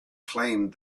claimed